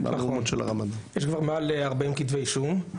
יש כבר מעל 40 כתבי אישום.